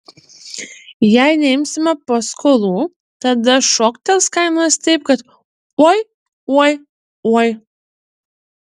jei neimsime paskolų tada šoktels kainos taip kad oi oi oi